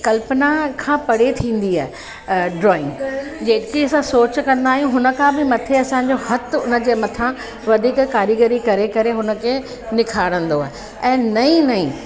कल्पना खां परे थींदी आहे ड्रॉइंग जेकी असां सोच कंदा आहियूं हुन खां बि मथे असांजो हथ उन जे मथां वधीक कारीगरी करे करे हुन खे निखारंदो आहे ऐं नई नई